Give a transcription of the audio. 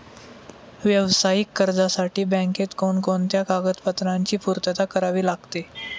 व्यावसायिक कर्जासाठी बँकेत कोणकोणत्या कागदपत्रांची पूर्तता करावी लागते?